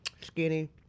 skinny